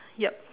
yup